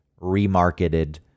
remarketed